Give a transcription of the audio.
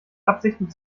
absichtlich